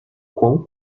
quão